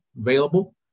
available